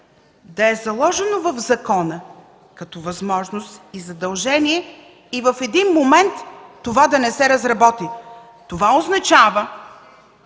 да е заложено в закона като възможност и задължение и в един момент това да не се разработи. То означава,